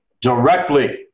directly